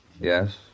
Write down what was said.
Yes